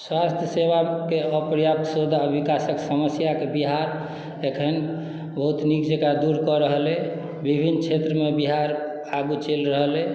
स्वास्थ सेवा के अपर्याप्त स्रोत आ विकासक समस्या के बिहार अखन बहुत नीक जकाँ दूर कऽ रहल अछि विभिन्न क्षेत्र मे बिहार आगू चलि रहल अछि